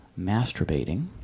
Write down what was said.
masturbating